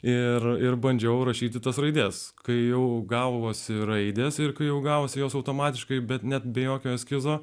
ir ir bandžiau rašyti tas raides kai jau gavosi raides ir kai jau gausiu jos automatiškai bet net be jokio eskizo